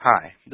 Hi